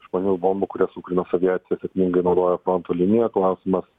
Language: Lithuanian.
išmaniųjų bombų kurias ukrainos aviacija sėkmingai naudoja fronto linijoj klausimas